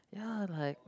ya like